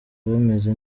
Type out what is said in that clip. bameze